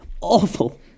Awful